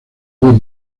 buen